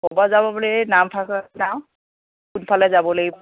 ক'ব যাব বুলি এই যাওঁ যাব লাগিব